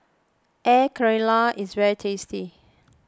Air Karthira is very tasty